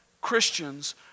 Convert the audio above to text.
Christians